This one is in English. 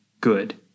good